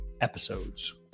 episodes